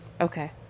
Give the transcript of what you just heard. Okay